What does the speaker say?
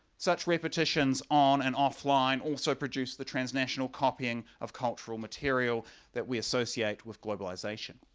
such repetitions on and offline also produce the transnational copying of cultural material that we associate with globalization.